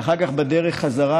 ואחר כך בדרך חזרה.